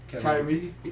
Kyrie